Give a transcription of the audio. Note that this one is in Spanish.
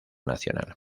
nacional